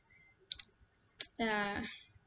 ya